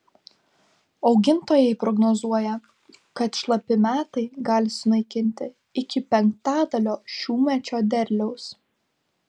augintojai prognozuoja kad šlapi metai gali sunaikinti iki penktadalio šiųmečio derliaus